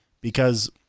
because-